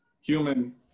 human